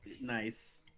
Nice